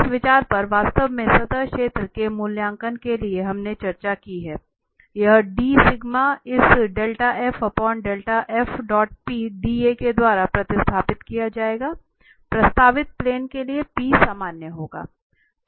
इस विचार पर वास्तव में सतह क्षेत्र के मूल्यांकन के लिए हमने चर्चा की है और यह इस के द्वारा प्रतिस्थापित किया जाएगा प्रस्तावित प्लेन के लिए सामान्य होगा